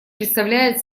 представляет